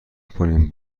کنین